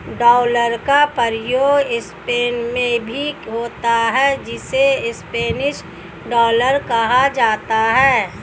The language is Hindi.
डॉलर का प्रयोग स्पेन में भी होता है जिसे स्पेनिश डॉलर कहा जाता है